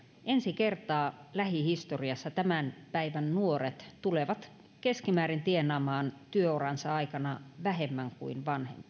ensi kertaa lähihistoriassa tämän päivän nuoret tulevat keskimäärin tienaamaan työuransa aikana vähemmän kuin